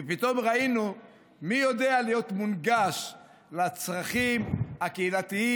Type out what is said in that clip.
כי פתאום ראינו מי יודע להיות מונגש לצרכים הקהילתיים,